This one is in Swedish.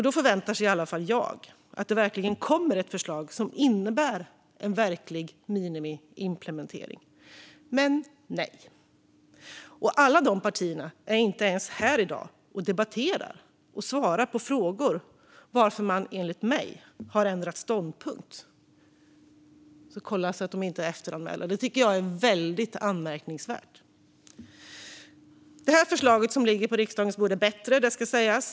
Då förväntar i alla fall jag mig att det verkligen kommer ett förslag som innebär en verklig minimiimplementering. Men nej. Och alla partier är inte ens här i dag och debatterar och svarar på frågor om varför man, enligt mig, har ändrat ståndpunkt. Det tycker jag är väldigt anmärkningsvärt. Det ska sägas att det förslag som nu ligger på riksdagens bord är bättre.